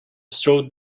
strode